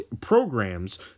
programs